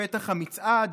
בפתח המצעד.